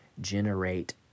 generate